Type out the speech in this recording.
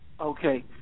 okay